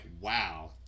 wow